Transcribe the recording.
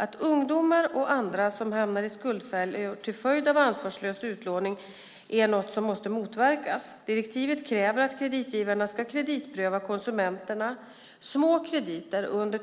Att ungdomar och andra hamnar i skuldfällor till följd av ansvarslös utlåning är något som måste motverkas. Direktivet kräver att kreditgivarna ska kreditpröva konsumenterna. Små krediter, under